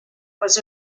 was